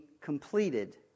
completed